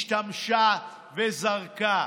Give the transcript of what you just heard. השתמשה וזרקה.